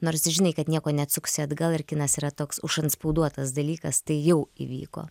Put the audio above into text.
nors žinai kad nieko neatsuksi atgal ir kinas yra toks užantspauduotas dalykas tai jau įvyko